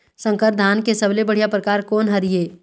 संकर धान के सबले बढ़िया परकार कोन हर ये?